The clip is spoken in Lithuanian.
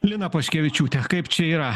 lina paškevičiūte kaip čia yra